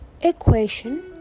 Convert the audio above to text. equation